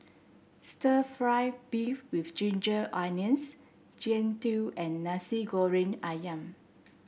stir fry beef with Ginger Onions Jian Dui and Nasi Goreng ayam